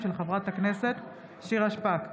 הצמדת קצבת אזרח ותיק לקו העוני),